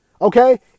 Okay